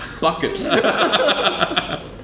bucket